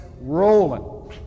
rolling